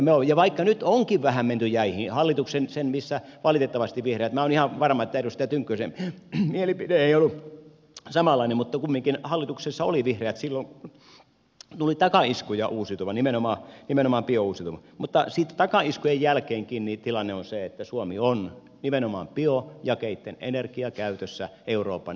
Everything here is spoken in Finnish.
ja vaikka nyt onkin vähän menty jäihin sen hallituksen aikana missä valitettavasti oli vihreät minä olen ihan varma että edustaja tynkkysen mielipide ei ollut samanlainen mutta kumminkin hallituksessa oli vihreät tuli takaiskuja uusiutuvaan nimenomaan biouusiutuvaan niin sitten takaiskujen jälkeenkin tilanne on se että suomi on nimenomaan biojakeitten energiakäytössä euroopan johtava maa